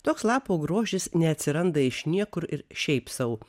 toks lapų grožis neatsiranda iš niekur ir šiaip sau